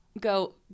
go